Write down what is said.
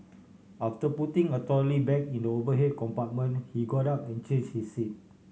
after putting a trolley bag in the overhead compartment he got up and change his seat